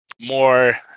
more